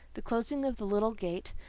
the closing of the little gate,